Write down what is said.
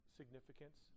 significance